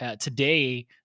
today